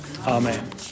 Amen